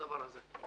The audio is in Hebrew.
בדבר הזה.